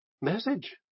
message